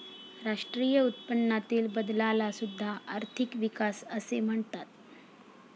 राष्ट्रीय उत्पन्नातील बदलाला सुद्धा आर्थिक विकास असे म्हणतात